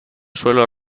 suelos